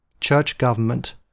church-government